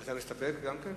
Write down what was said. אתה מסתפק גם כן?